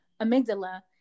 amygdala